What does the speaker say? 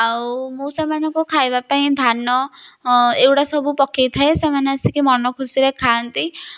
ଆଉ ମୁଁ ସେମାନଙ୍କୁ ଖାଇବା ପାଇଁ ଧାନ ଏଗୁଡ଼ା ସବୁ ପକେଇଥାଏ ସେମାନେ ଆସିକି ମନ ଖୁସିରେ ଖାଆନ୍ତି